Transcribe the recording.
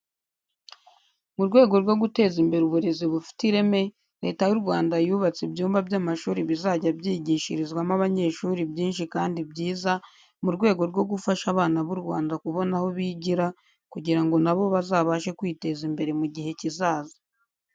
Mu rwego rwo guteza imbere uburezi bufite ireme Leta y'u Rwanda yubatse ibyumba by'amashuri bizajya byigishirizwamo abanyeshuri byinshi kandi byiza mu rwego rwo gufasha abana b'u Rwanda kubona aho bigira kugira ngo na bo bazabashe kwiteza imbere mu gihe kizaza.